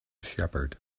shepherd